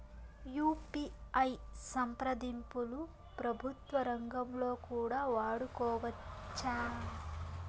UPI సంప్రదింపులు ప్రభుత్వ రంగంలో కూడా వాడుకోవచ్చా?